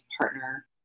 partner